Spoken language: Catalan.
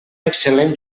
excel·lent